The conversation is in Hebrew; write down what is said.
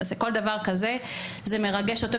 כל דבר כזה זה מרגש אותו.